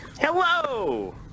Hello